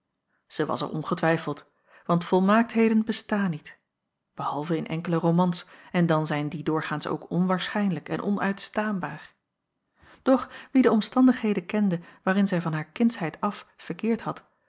zij was er ongetwijfeld want volmaaktheden bestaan niet behalve in enkele romans en dan zijn die doorgaans ook onwaarschijnlijk en onuitstaanbaar doch wie de omstandigheden kende waarin zij van haar kindsheid af verkeerd had